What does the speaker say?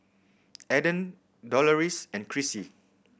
Adan Doloris and Chrissy